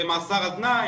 במאסר על תנאי,